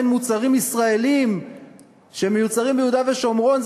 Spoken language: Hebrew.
מוצרים ישראליים שמיוצרים ביהודה ושומרון,